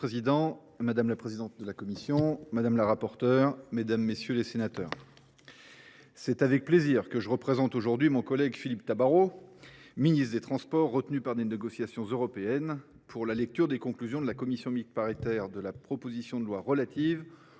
Monsieur le président, madame la rapporteure, mesdames, messieurs les sénateurs, c’est avec plaisir que je représente aujourd’hui mon collègue Philippe Tabarot, ministre chargé des transports, retenu par des négociations européennes, pour la lecture des conclusions de la commission mixte paritaire sur la proposition de loi relative au